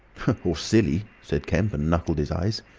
or silly, said kemp, and knuckled his eyes.